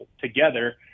together